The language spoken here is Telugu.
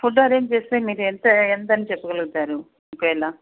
ఫుడ్ అరేంజ్ చేస్తే మీరు ఎంత ఎంతని చెప్పగలుగుతారు ఒకవేళ